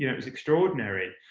you know it was extraordinary.